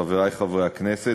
חברי חברי הכנסת,